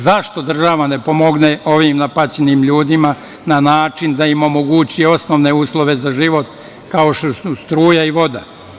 Zašto država ne pomogne ovim napaćenim ljudima na način da im omogući osnovne uslove za život kao što su struja i voda?